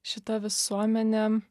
šita visuomenė